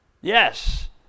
Yes